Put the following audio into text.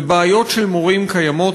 ובעיות של מורים קיימות,